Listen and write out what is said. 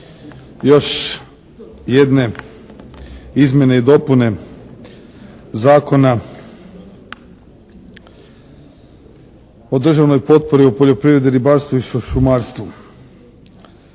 o izmjenama i dopunama Zakona o državnoj potpori u poljoprivredi, ribarstvu i šumarstvu